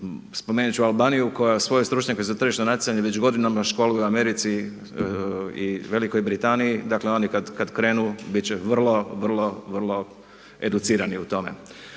spomenut ću Albaniju koja svoje stručnjake za tržišno natjecanje već godinama školuje u Americi i Velikoj Britaniji. Dakle, oni kada krenu biti će vrlo, vrlo, vrlo educirani u tome.